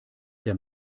der